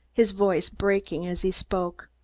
his voice breaking as he spoke.